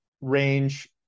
Range